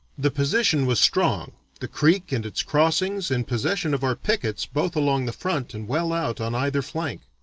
the position was strong, the creek and its crossings in possession of our pickets both along the front and well out on either flank.